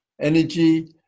energy